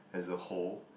as a whole